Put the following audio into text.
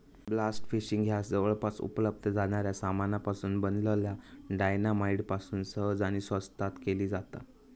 blast fishing ह्या जवळपास उपलब्ध जाणाऱ्या सामानापासून बनलल्या डायना माईट पासून सहज आणि स्वस्तात केली जाता